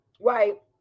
Right